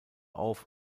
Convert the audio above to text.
auf